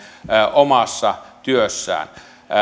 omassa työssään